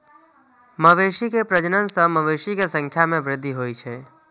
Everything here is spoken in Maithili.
मवेशी के प्रजनन सं मवेशी के संख्या मे वृद्धि होइ छै